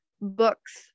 books